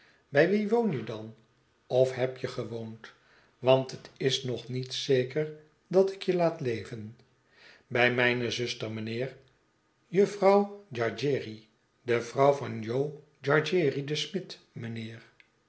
bij wien woon je dan of heb je gewoond want het is nog niet zeker datik je laat leven bij mijne zuster mijnheer jufvrouw gargery de vrouw van